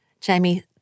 Jamie